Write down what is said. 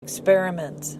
experiments